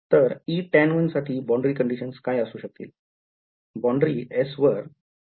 तर Etan1 साठी boundary conditions काय असू शकतील